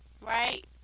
Right